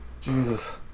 Jesus